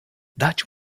dać